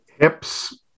hips